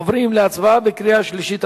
עוברים להצבעה בקריאה שלישית,